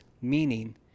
meaning